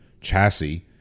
chassis